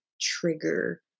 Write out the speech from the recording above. trigger